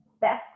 best